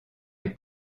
est